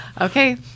Okay